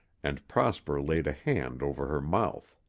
and prosper laid a hand over her mouth.